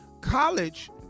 College